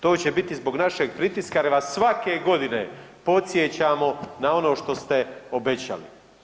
To će biti zbog našeg pritiska jer vas svake godine podsjećamo na ono što ste obećali.